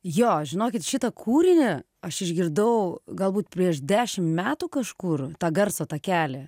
jo žinokit šitą kūrinį aš išgirdau galbūt prieš dešim metų kažkur tą garso takelį